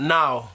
now